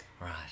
right